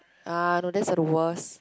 ah no that's are the worse